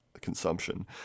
consumption